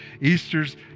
Easter's